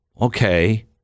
Okay